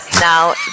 Now